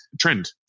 trend